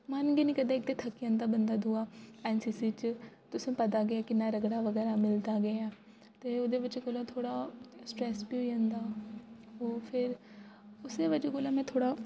मन गै निं करदा इक ते थ'क्की जंदा बंदा दूआ एन सी सी च तुसें ई पता गै कि'न्ना रगड़ा बगैरा मिलदा गेआ ते ओह्दे बजह् कोला थोह्ड़ा स्ट्रैस बी होई जंदा होर फिर उसै बजह् कोला में थोह्ड़ा